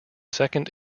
second